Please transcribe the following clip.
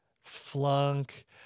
Flunk